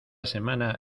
semana